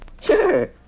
Sure